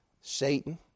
Satan